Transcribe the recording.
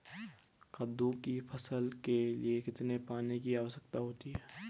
कद्दू की फसल के लिए कितने पानी की आवश्यकता होती है?